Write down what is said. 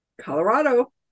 Colorado